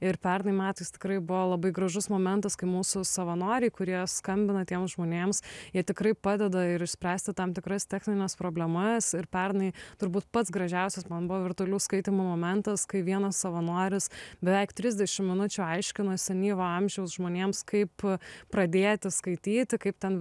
ir pernai metais tikrai buvo labai gražus momentas kai mūsų savanoriai kurie skambina tiem žmonėms jie tikrai padeda ir išspręsti tam tikras technines problemas ir pernai turbūt pats gražiausias man buvo virtualių skaitymų momentas kai vienas savanoris beveik trisdešim minučių aiškino senyvo amžiaus žmonėms kaip pradėti skaityti kaip ten